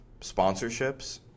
sponsorships